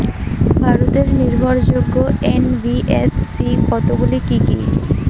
ভারতের নির্ভরযোগ্য এন.বি.এফ.সি কতগুলি কি কি?